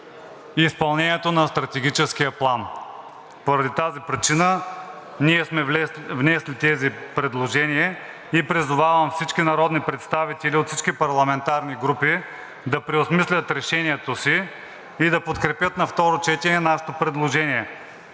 изпълнението на Стратегическия план. Поради тази причина ние сме внесли тези предложения и призовавам всички народни представители от всички парламентарни групи да преосмислят решението си и да подкрепят на второ четене нашето предложените,